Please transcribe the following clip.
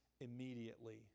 immediately